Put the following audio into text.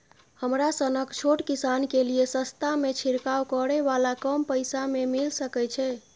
हमरा सनक छोट किसान के लिए सस्ता में छिरकाव करै वाला कम पैसा में मिल सकै छै?